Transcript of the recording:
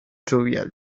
fluvial